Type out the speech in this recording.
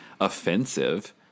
offensive